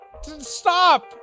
stop